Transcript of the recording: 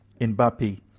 Mbappe